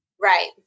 Right